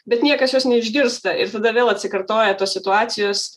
bet niekas jos neišgirsta ir tada vėl atsikartoja tos situacijos